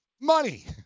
money